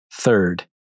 Third